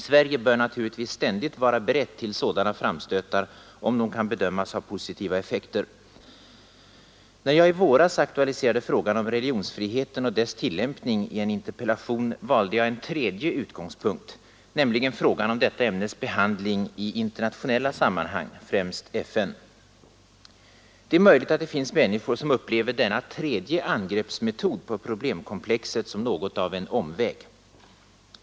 Sverige bör naturligtvis ständigt vara berett till sådana framstötar om de kan bedömas ha positiva effekter. När jag i våras aktualiserade frågan om religionsfriheten och dess tillämpning i en interpellation, valde jag en tredje utgångspunkt, nämligen frågan om detta ämnes behandling i internationella sammanhang, främst i Förenta nationerna. Det är möjligt att det finns människor som upplever denna tredje angreppsmetod på problemkomplexet som något av en omväg.